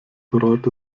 bereut